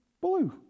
blue